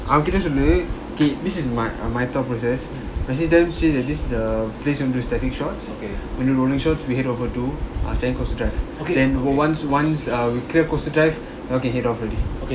அவன்கிட்டசொல்லு:avankita sollu okay this is my err my thought process message them chill at this the place where we're gonna do static shots when we do rolling shots we head over to coastal drive then over once once err we clear coastal drive you all an head off already